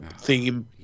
theme